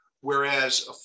whereas